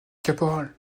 caporal